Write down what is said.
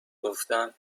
گفتم